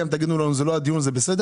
גם אם תגידו לנו זה לא הדיון זה בסדר,